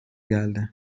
geldi